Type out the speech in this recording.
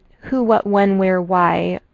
who, what, when, where, why.